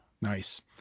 Nice